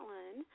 one